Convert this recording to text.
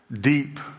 Deep